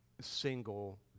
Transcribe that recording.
single